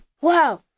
Wow